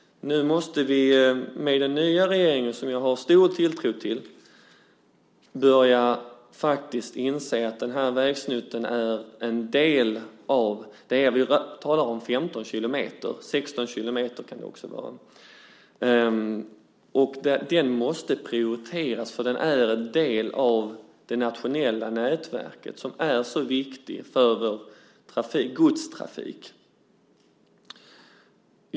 Nu måste vi med den nya regeringen, som jag har stor tilltro till, börja inse att den här vägsnutten måste prioriteras. Vi talar om 15, kanske 16, kilometer. Den är en del av det nationella nätverket, som är så viktigt för godstrafik.